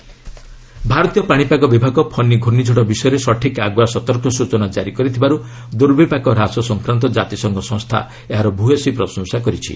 UN India cyclone ଭାରତୀୟ ପାଣିପାଗ ବିଭାଗ ଫନି ଘ୍ରର୍ଷିଝଡ଼ ବିଷୟରେ ସଠିକ୍ ଆଗୁଆ ସତର୍କ ସ୍ଟୁଚନା କାରି କରିଥିବାରୁ ଦୁର୍ବିପାକ ହ୍ରାସ ସଂକ୍ରାନ୍ତ ଜାତିସଂଘ ସଂସ୍ଥା ଏହାର ଭ୍ୟୟସୀ ପ୍ରଶଂସା କରିଛି